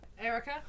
Erica